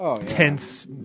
tense